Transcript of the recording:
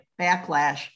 backlash